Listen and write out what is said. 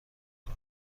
کنی